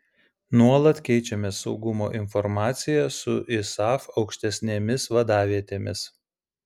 nuolat keičiamės saugumo informacija su isaf aukštesnėmis vadavietėmis